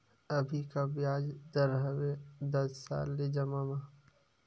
अभी का ब्याज दर हवे दस साल ले जमा मा?